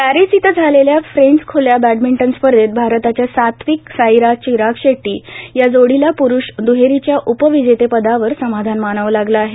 Paris इथं झालेल्या French ख्ल्या बॅडमिंटन स्पर्धेत भारताच्या सात्विक साईराज चिराग शेट्टी या जोडीला प्रुष द्रहेरीच्या उपविजेतेपदावर समाधान मानावं लागलं आहे